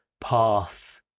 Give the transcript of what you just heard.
path